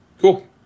Cool